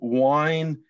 wine